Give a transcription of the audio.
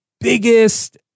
biggest